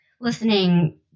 listening